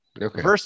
Okay